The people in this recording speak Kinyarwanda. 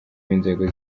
b’inzego